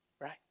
right